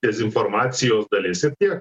dezinformacijos dalis ir tiek